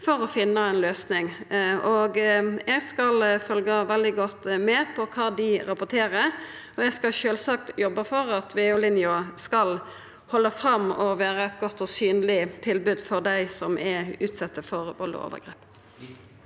for å finna ei løysing, og eg skal følgja veldig godt med på kva dei rapporterer. Eg skal sjølvsagt jobba for at VO-linja skal halda fram med å vera eit godt og synleg tilbod for dei som er utsette for vald og overgrep.